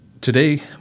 Today